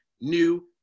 new